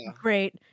great